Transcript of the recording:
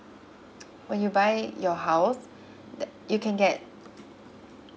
when you buy your house that you can get